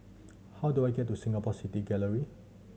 how do I get to Singapore City Gallery